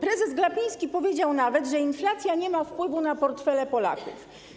Prezes Glapiński powiedział nawet, że inflacja nie ma wpływu na portfele Polaków.